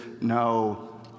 no